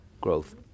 growth